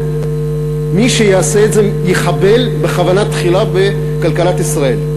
אני חושב שמי שיעשה את זה יחבל בכוונה תחילה בכלכלת ישראל.